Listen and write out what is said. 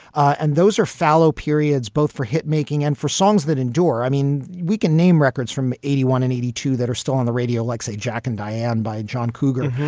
and those are fallow periods both for hit making and for songs that endure. i mean, we can name records from eighty one and eighty two that are still on the radio like, say, jack and diane by john cougar.